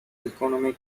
economy